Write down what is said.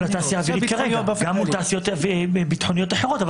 האווירית כרגע, גם מול תעשיות ביטחוניות אחרות.